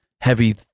heavy